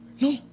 No